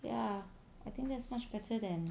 ya I think there's much better than